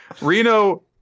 Reno